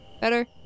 better